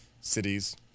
cities